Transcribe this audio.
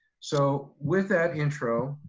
so with that intro,